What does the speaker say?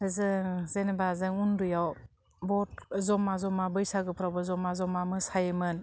जों जेनेबा जों उन्दैआव बत जमा जमा बैसागोफ्रावबो जमा जमा मोसायोमोन